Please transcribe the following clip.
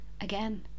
again